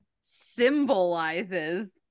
symbolizes